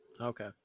okay